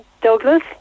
Douglas